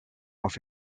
off